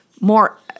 more